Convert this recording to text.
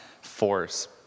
force